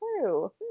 true